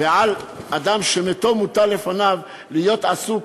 ועל אדם שמתו מוטל לפניו להיות עסוק